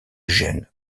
gènes